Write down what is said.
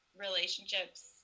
relationships